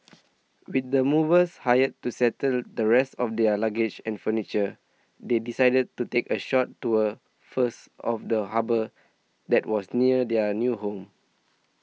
with the movers hired to settle the rest of their luggage and furniture they decided to take a short tour first of the harbour that was near their new home